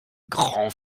grands